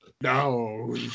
No